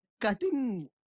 cutting